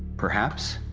perhaps.